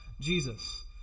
Jesus